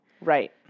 Right